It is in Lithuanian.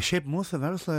šiaip mūsų verslo